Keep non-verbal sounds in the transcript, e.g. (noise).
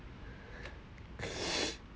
(breath)